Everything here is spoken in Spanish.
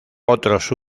otros